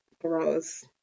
gross